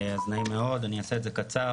אז נעים מאוד, אני אעשה את זה קצר.